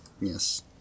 Yes